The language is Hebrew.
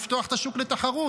לפתוח את השוק לתחרות,